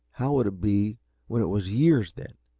how would it be when it was years, then?